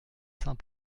saint